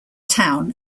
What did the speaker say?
town